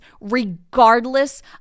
regardless